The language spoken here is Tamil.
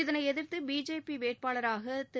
இதனைஎதிர்த்து பிஜேபி வேட்பாளராக திரு